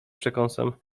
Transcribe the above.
przekąsem